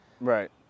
Right